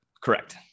Correct